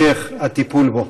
להמשך הטיפול בו.